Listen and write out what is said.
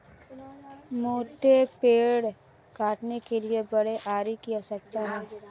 मोटे पेड़ काटने के लिए बड़े आरी की आवश्यकता है